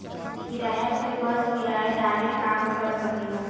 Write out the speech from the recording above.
किराया पे बस किराएदारे काम कर सकेला